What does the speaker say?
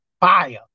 Fire